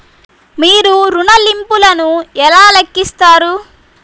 మీరు ఋణ ల్లింపులను ఎలా లెక్కిస్తారు?